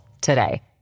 today